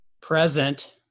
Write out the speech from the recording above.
Present